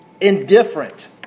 indifferent